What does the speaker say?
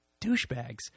Douchebags